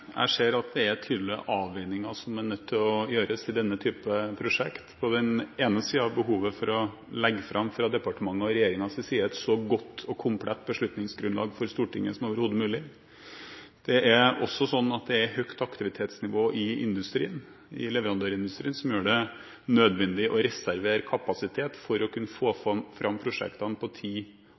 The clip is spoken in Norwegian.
Jeg ser at det er tydelige avveininger som er nødt å gjøres i denne typen prosjekter. På den ene siden er behovet for å legge fram – fra departementets og regjeringens side – et så godt og komplett beslutningsgrunnlag for Stortinget som overhodet mulig. Det er også et høyt aktivitetsnivå i leverandørindustrien, som gjør det nødvendig å reservere kapasitet for å kunne få fram prosjektene på tid